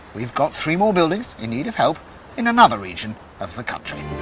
we've got three more buildings in need of help in another region of the country.